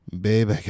babe